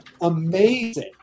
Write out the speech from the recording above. amazing